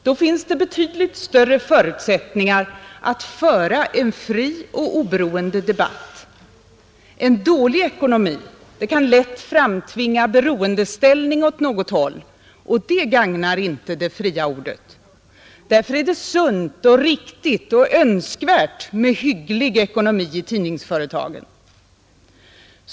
Då finns det betydligt större förutsättningar att föra en fri och oberoende debatt. En dålig ekonomi kan lätt framtvinga beroendeställning åt något håll, och det gagnar inte det fria ordet. Därför är det sunt, riktigt och önskvärt med hygglig ekonomi i tidningsföretagen.